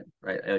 right